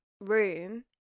room